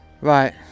Right